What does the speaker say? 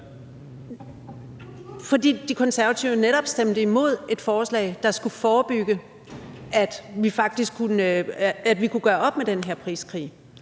fordi De Konservative jo netop stemte imod et forslag, der skulle gøre, at vi faktisk kunne gøre op med den her priskrig,